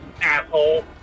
asshole